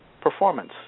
performance